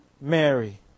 Mary